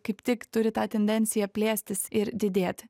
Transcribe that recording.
kaip tik turi tą tendenciją plėstis ir didėti